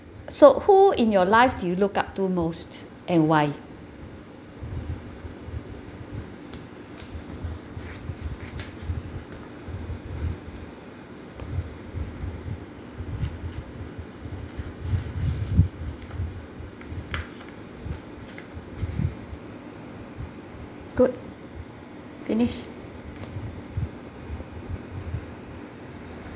so who in your life do you look up to most and why good finish